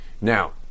now